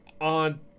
on